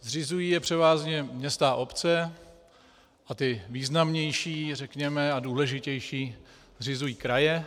Zřizují je převážně města a obce a ty významnější, řekněme, a důležitější zřizují kraje.